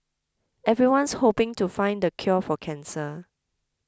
everyone's hoping to find the cure for cancer